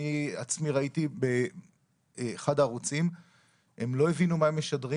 אני ראיתי באחד הערוצים שהם לא הבינו מה הם משדרים